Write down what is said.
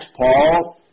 Paul